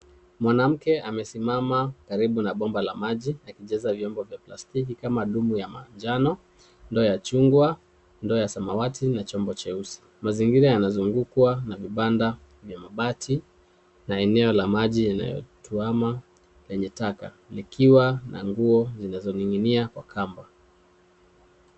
Mwanamke amesimama karibu na bomba la maji akijaza vyombo vya plastiki kama doom ya manjano, ndoo ya chungwa, ndoo ya samawati na chombo cheusi. Mazingira yanazungukwa na vibanda vya mabati na eneo la maji yanayotuama yenye taka likiwa na nguo zinazoning'inia kwa kamba.